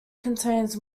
contains